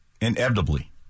Inevitably